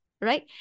right